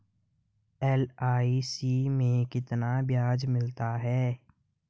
LIC में कितना ब्याज मिलता है?